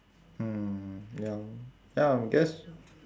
mm ya ya I guess